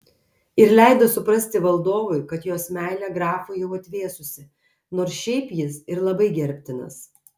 ir leido suprasti valdovui kad jos meilė grafui jau atvėsusi nors šiaip jis ir labai gerbtinas